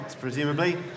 presumably